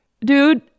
dude